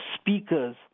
speakers